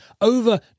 over